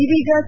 ಇದೀಗ ಕೆ